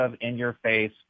in-your-face